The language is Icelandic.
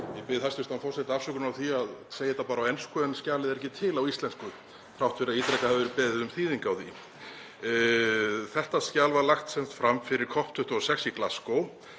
Ég bið hæstv. forseta afsökunar á því að segja þetta bara á ensku en skjalið er ekki til á íslensku þrátt fyrir að ítrekað hafi verið beðið um þýðingu á því. Þetta skjal var lagt fram fyrir COP26 í Glasgow.